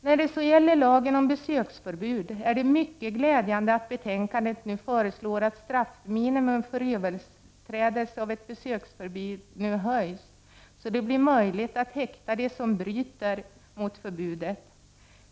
När det så gäller lagen om besöksförbud är det mycket glädjande att utskottet i betänkandet föreslår att straffmaximum för överträdelse av ett besöksförbud nu höjs, så att det blir möjligt att häkta dem som bryter mot förbudet.